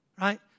right